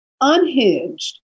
Unhinged